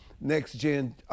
next-gen